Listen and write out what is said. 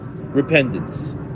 repentance